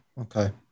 Okay